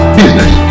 business